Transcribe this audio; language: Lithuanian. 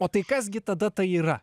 o tai kas gi tada tai yra